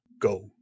go